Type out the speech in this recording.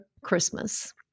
Christmas